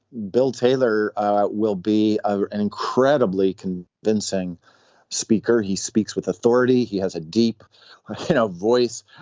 bill taylor will be ah an incredibly can then sing speaker. he speaks with authority. he has a deep you know voice.